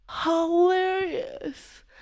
hilarious